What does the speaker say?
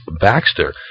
Baxter